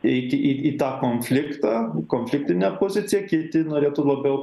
eiti į į tą konfliktą konfliktinę poziciją kiti norėtų labiau